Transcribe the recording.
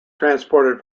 transported